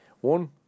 One